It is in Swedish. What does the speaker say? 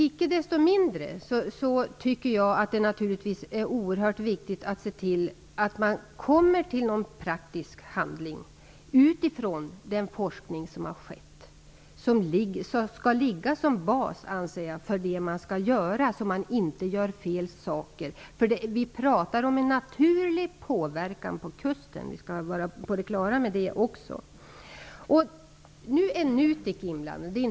Icke desto mindre tycker jag att det är oerhört viktigt att man kommer till någon praktisk handling utifrån den forskning som har skett. Forskningen skall utgöra en bas för det man skall göra så att man inte gör fel saker. Vi skall vara på det klara med att vi talar om en naturlig påverkan på kusten.